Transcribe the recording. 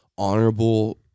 honorable